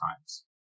times